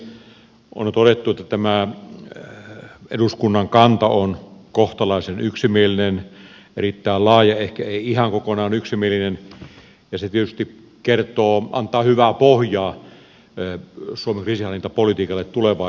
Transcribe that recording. on todettu että tämä eduskunnan kanta on kohtalaisen yksimielinen erittäin laaja ehkä ei ihan kokonaan yksimielinen ja se tietysti antaa hyvää pohjaa suomen kriisinhallintapolitiikalle tulevaisuudessa